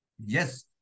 Yes